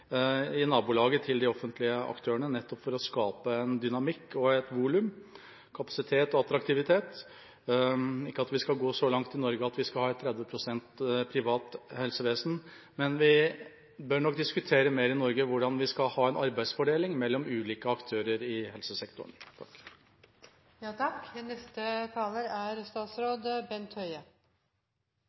nettopp for å skape en dynamikk og et volum og kapasitet og attraktivitet – ikke at vi skal gå så langt i Norge at vi skal ha et 30 pst. privat helsevesen, men vi bør nok diskutere mer i Norge hvordan vi skal ha en arbeidsfordeling mellom ulike aktører i helsesektoren.